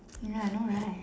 ya I know right